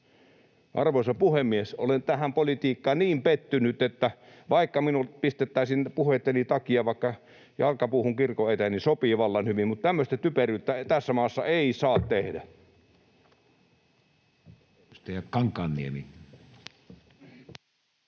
Arvoisa puhemies! Olen tähän politiikkaan niin pettynyt, että vaikka minut pistettäisiin puheitteni takia jalkapuuhun kirkon eteen, niin sopii vallan hyvin, mutta tämmöistä typeryyttä tässä maassa ei saa tehdä.